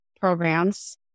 programs